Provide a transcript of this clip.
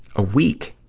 a week?